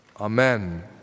amen